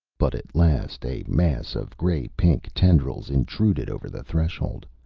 but at last a mass of gray-pink tendrils intruded over the threshold.